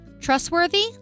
Trustworthy